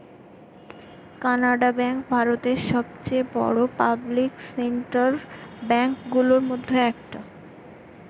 Canara bank ভারতের সবচেয়ে বড়ো পাবলিক সেক্টর ব্যাঙ্ক গুলোর মধ্যে একটা